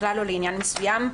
ככלל או לעניין מסוים,